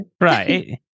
Right